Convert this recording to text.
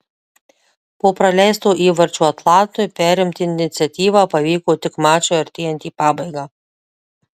po praleisto įvarčio atlantui perimti iniciatyvą pavyko tik mačui artėjant į pabaigą